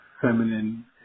feminine